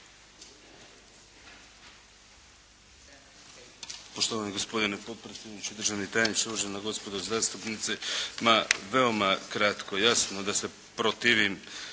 Poštovani gospodine potpredsjedniče, državni tajniče, uvažena gospodo zastupnice. Ma veoma kratko. Jasno da se protivim